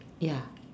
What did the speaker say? ya